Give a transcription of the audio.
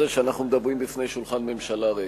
שאנחנו מדברים לפני שולחן ממשלה ריק.